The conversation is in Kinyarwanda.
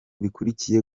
bihuriye